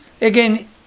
Again